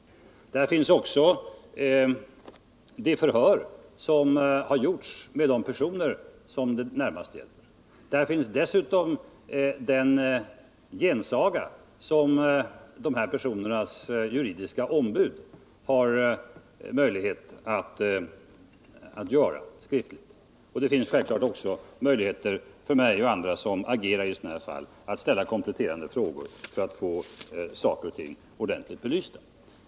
Där finns också utskrift av de förhör som gjorts med de inblandade personerna. Till detta kommer inlagan från det juridiska ombudet. Självfallet finns också möjligheter för mig och andra som agerar i sådana här fall att ställa kompletterande frågor för att få saker och ting ordentligt belysta.